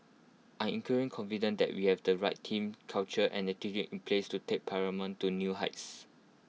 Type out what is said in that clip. I incredibly confident that we have the right team culture and attitude in place to take paramount to new heights